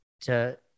to-